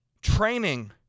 training